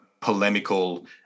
polemical